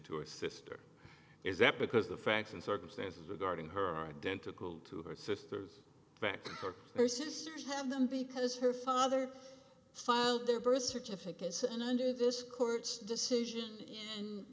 to her sister is that because the facts and circumstances regarding her identical to her sister's back or her sisters have them because her father filed their birth certificates and under this court's decision